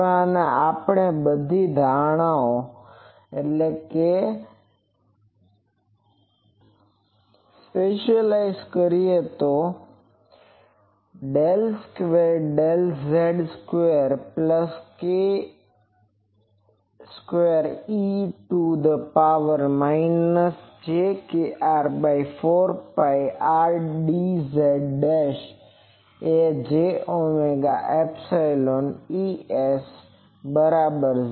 અને હવે આપણી આ બધી ધારણાઓ ને સ્પેસિઅલાઇઝ કરીએતો તે l2l22z2k2e jkR4πRdzjωϵEzz del square del z square plus k square e to the power minus J kR by 4 pi R dz એ j ઓમેગા એપ્સીલોન Ez બરાબર છે